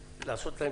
ולעשות להם תספורת.